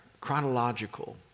chronological